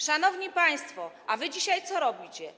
Szanowni państwo, a wy dzisiaj co robicie?